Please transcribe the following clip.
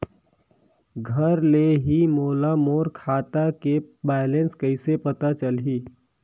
घर ले ही मोला मोर खाता के बैलेंस कइसे पता चलही?